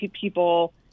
people